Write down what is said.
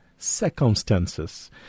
Circumstances